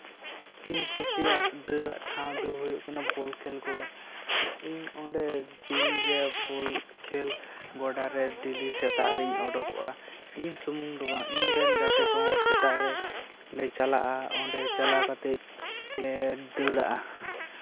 ᱤᱧ ᱠᱩᱥᱤᱭᱟᱜ ᱫᱟᱹᱲᱟᱜ ᱴᱷᱟᱶ ᱫᱚ ᱦᱩᱭᱩᱜ ᱠᱟᱱᱟ ᱵᱚᱞ ᱠᱷᱮᱞ ᱜᱚᱰᱟ ᱤᱧ ᱚᱸᱰᱮ ᱰᱮᱞᱤᱜᱮ ᱵᱚᱞ ᱠᱷᱮᱞ ᱜᱚᱰᱟᱨᱮ ᱰᱮᱞᱤ ᱥᱮᱛᱟᱜ ᱨᱤᱧ ᱩᱰᱩᱠᱚᱜᱼᱟ ᱤᱧ ᱥᱩᱢᱩᱝ ᱫᱚ ᱵᱟᱝ ᱤᱧᱨᱮᱱ ᱜᱟᱛᱮᱜ ᱠᱚᱦᱚᱸ ᱥᱮᱛᱟᱜ ᱨᱮᱞᱮ ᱪᱟᱞᱟᱜᱼᱟ ᱚᱸᱰᱮ ᱪᱟᱞᱟᱣ ᱠᱟᱛᱮᱜ ᱞᱮ ᱫᱟᱹᱲᱟᱜᱼᱟ